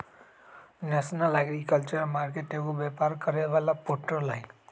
national agriculture market एगो व्यापार करे वाला पोर्टल हई